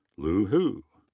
lu hu.